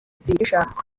icyushaka